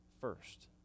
first